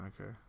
Okay